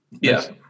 Yes